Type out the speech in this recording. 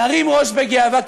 נרים ראש בגאווה,